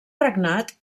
regnat